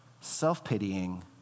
self-pitying